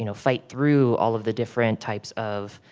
you know fight through all of the different types of,